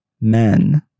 men